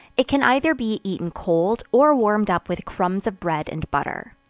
it can either be eaten cold, or warmed up with crumbs of bread and butter.